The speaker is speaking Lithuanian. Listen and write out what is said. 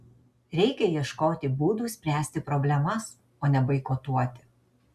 reikia ieškoti būdų spręsti problemas o ne boikotuoti